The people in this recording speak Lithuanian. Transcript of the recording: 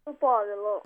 su povilu